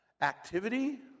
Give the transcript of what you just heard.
activity